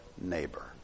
neighbor